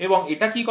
এবং এটা কি করে